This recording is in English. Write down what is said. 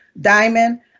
Diamond